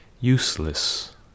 useless